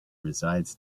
resides